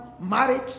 marriage